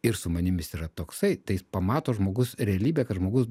ir su manim jis yra toksai tai jis pamato žmogus realybę kad žmogus